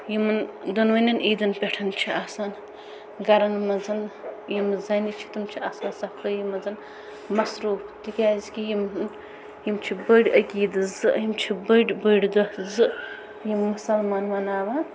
یِمن دۄدوَنٮ۪ن عیدن پٮ۪ٹھ چھُ آسان گَرن منٛز یِم زنہِ چھٕ تِم چھِ آسان صفٲیی منٛز مصروٗف تِکیٛازِ کہِ یِم چھِ بٔڑۍ عقیٖدٕ زٕ یِم چھٕ بٔڑۍ بٔڑٗۍ دۄہ زٕ یِم مُسلمان مَناوان